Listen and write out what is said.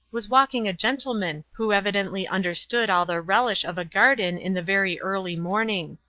was walking a gentleman who evidently understood all the relish of a garden in the very early morning.